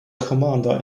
commander